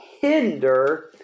hinder